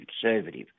conservative